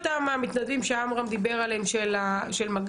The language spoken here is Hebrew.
מאותם מתנדבים שעמרם דיבר עליהם של מג"ב,